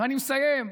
אני מסיים.